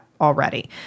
Already